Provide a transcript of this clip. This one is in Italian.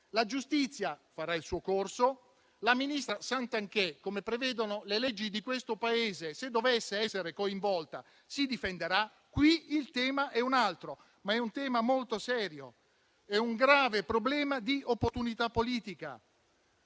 la giustizia farà il suo corso, la ministra Garnero Santanchè, come prevedono le leggi di questo Paese, se dovesse essere coinvolta, si difenderà. Qui il tema è un altro, ma è un tema molto serio, è un grave problema di opportunità politica: